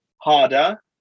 harder